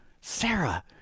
Sarah